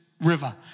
river